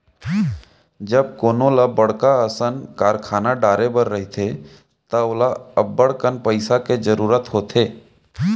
जब कोनो ल बड़का असन कारखाना डारे बर रहिथे त ओला अब्बड़कन पइसा के जरूरत होथे